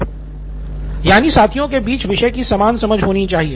सिद्धार्थ मटूरी यानि साथियों के बीच विषय की समान समझ होनी चाहिए